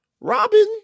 Robin